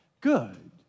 good